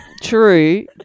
True